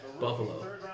Buffalo